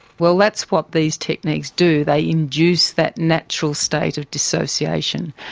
well that's what these techniques do they induce that natural state of dissociation.